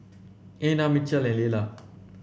Einar Mitchel Lella